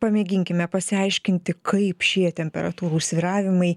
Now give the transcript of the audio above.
pamėginkime pasiaiškinti kaip šie temperatūrų svyravimai